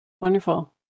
Wonderful